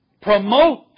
promote